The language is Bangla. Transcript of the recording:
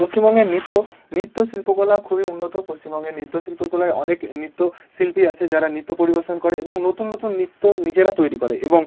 পশ্চিমবঙ্গের নৃত্য নৃত্য শিল্পকলাও খুবই উন্নত পশ্চিমবঙ্গের নৃত্য শিল্পকলায় অনেক নৃত্যশিল্পী আছে যারা নৃত্য পরিবেশন করে এবং নতুন নতুন নৃত্য নিজেরা তৈরি করে এবং